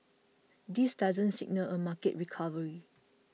this doesn't signal a market recovery